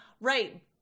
Right